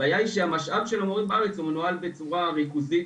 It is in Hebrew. הבעיה היא שהמשאב של המורים בארץ מנוהל בצורה ריכוזית,